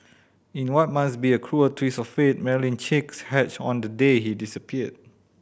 in what must be a cruel twist of fate Marilyn chicks hatched on the day he disappeared